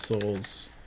Souls